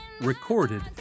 recorded